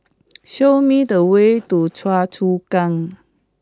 show me the way to Choa Chu Kang